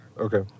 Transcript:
Okay